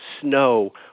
snow